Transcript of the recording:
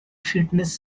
fitness